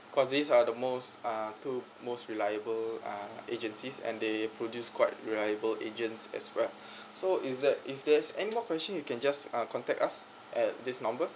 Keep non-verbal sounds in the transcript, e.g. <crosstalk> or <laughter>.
cause these are the most uh two most reliable uh agencies and they produce quite reliable agents as well <breath> so if there's~ if there's any more question you can just uh contact us at this number